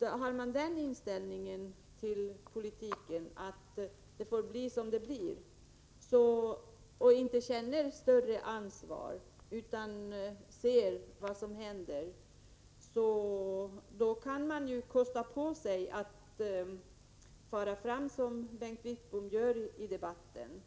Har man den inställningen till politiken att det får bli som det blir och inte känner något större ansvar, kan man ju kosta på sig att fara fram som Bengt Wittbom gör i debatten.